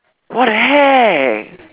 what the heck